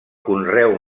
conreu